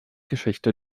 geschichte